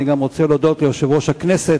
אני גם רוצה להודות ליושב-ראש הכנסת,